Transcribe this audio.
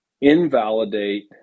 invalidate